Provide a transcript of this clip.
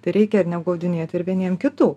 tai reikia ir neapgaudinėt ir vieniem kitų